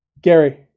Gary